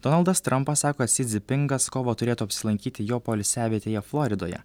donaldas trampas sako ksi dzipingas kovą turėtų apsilankyti jo poilsiavietėje floridoje